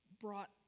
brought